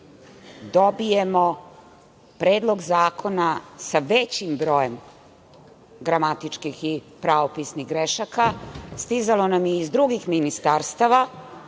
dobijemo Predlog zakona sa većim brojem gramatičkih i pravopisnih grešaka. Stizalo nam je i iz drugih ministarstava,